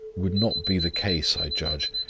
would not be the case, i judge,